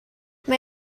mae